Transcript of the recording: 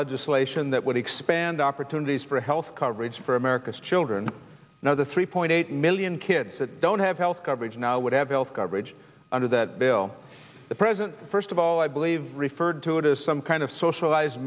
legislation that would expand opportunities for health coverage for america's children now the three point eight million kids that don't have health coverage now would have health coverage under that bill the president first of all i believe referred to it as some kind of socialized